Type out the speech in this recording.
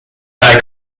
like